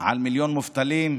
על מיליון מובטלים,